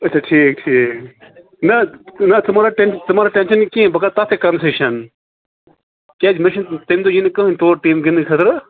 اچھا ٹھیٖک ٹھیٖک نا نا ژٕ ما رَٹھ ٹٮ۪ن ژٕ ما رَٹھ ٹینشَن نہٕ کِہیٖنۍ بہٕ کَرٕ تَتھ تہِ کَنسیشِن کیٛازِ مے چھُنہٕ تَمہِ دۄہ یی نہٕ کٕہیٖنۍ تور ٹیٖم گِندنہٕ خٲطرٕ